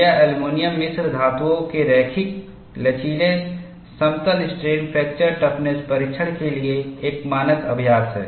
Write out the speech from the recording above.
यह एल्यूमीनियम मिश्र धातुओं के रैखिक लचीला समतल स्ट्रेन फ्रैक्चर टफनेस परीक्षण के लिए एक मानक अभ्यास है